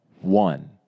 one